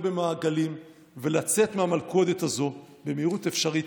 במעגלים ולצאת מהמלכודת הזו במהירות האפשרית,